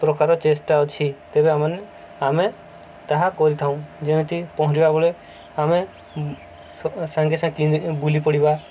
ପ୍ରକାର ଚେଷ୍ଟା ଅଛି ତେବେ ଆମମାନେ ଆମେ ତାହା କରିଥାଉ ଯେମିତି ପହଁରିବା ବେଳେ ଆମେ ସାଙ୍ଗେ ସାଙ୍ଗେ କି ବୁଲି ପଡ଼ିବା